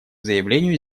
заявлению